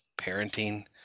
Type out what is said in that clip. parenting